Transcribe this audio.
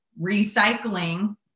recycling